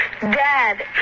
Dad